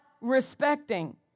respecting